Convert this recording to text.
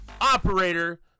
operator